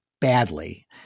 badly